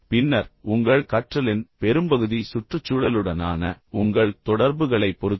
பின்னர் உங்கள் கற்றலின் பெரும்பகுதி சுற்றுச்சூழலுடனான உங்கள் தொடர்புகளைப் பொறுத்தது